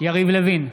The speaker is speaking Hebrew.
יריב לוין,